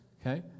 Okay